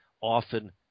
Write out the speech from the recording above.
often